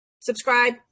subscribe